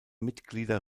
mitglieder